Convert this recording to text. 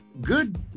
Good